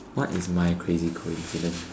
what is my crazy coincidence